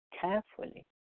carefully